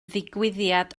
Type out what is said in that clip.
ddigwyddiad